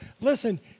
listen